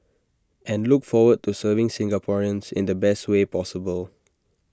and look forward to serving Singaporeans in the best way possible